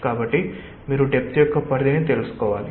కాబట్టి మీరు డెప్త్ యొక్క పరిధిని తెలుసుకోవాలి